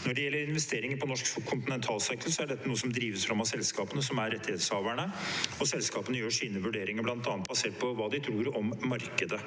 Når det gjelder investeringer på norsk kontinentalsokkel, er dette noe som drives fram av selskapene som er rettighetshavere. Selskapene gjør sine vurderinger bl.a. basert på hva de tror om markedet,